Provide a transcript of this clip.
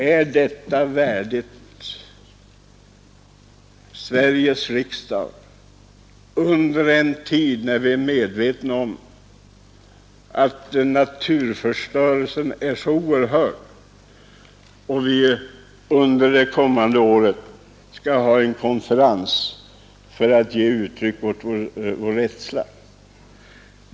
Är detta värdigt Sveriges riksdag, i en tid då vi är medvetna om den oerhörda naturförstörelsen och när vi under det kommande året skall hålla en naturvårdskonferens för att ge uttryck åt vår rädsla för den förstörelsen?